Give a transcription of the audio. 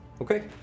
Okay